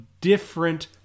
different